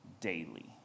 daily